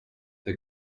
the